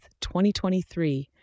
2023